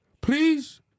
please